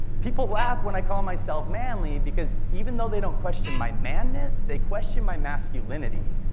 people laugh when i call myself manly because, even though they don't question my manness, they question my masculinity.